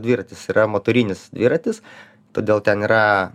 dviratis yra motorinis dviratis todėl ten yra